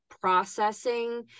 processing